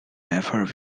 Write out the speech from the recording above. never